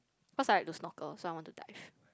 cause I like to snorkel so I want to dive